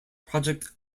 project